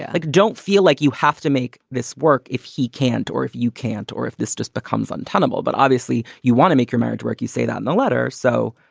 yeah, i like don't feel like you have to make this work if he can't or if you can't or if this just becomes untenable. but obviously, you want to make your marriage work. you say that in the letter. so,